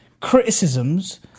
criticisms